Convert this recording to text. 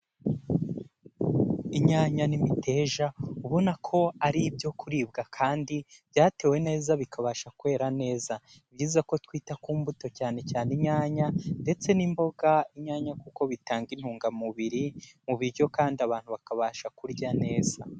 Inyanya n'imiteja ubona ko ari ibyo kuribwa kandi byatewe neza bikabasha kwera neza, ni byiza ko twita ku mbuto cyane cyane inyanya, ndetse n'imboga, inyanya kuko bitanga intungamubiri mu biryo kandi abantu bakabasha kurya neza.